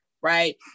right